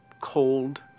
cold